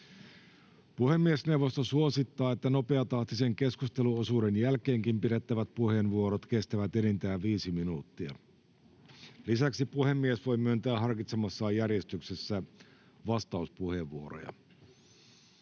Puhemiesneuvosto suosittaa, että nopeatahtisen keskusteluosuuden jälkeenkin pidettävät puheenvuorot kestävät enintään viisi minuuttia. Lisäksi puhemies voi myöntää harkitsemassaan järjestyksessä vastauspuheenvuoroja.